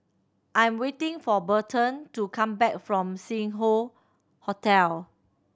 I'm waiting for Berton to come back from Sing Hoe Hotel